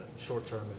short-term